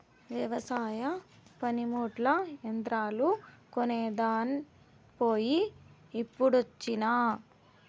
వెవసాయ పనిముట్లు, యంత్రాలు కొనేదాన్ పోయి ఇప్పుడొచ్చినా